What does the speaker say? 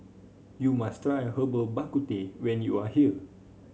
you must try Herbal Bak Ku Teh when you are here